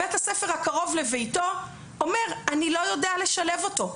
בית הספר הקרוב לביתו אומר: אני לא יודע לשלב אותו,